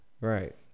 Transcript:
right